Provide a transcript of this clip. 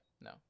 no